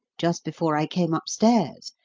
just before i came upstairs,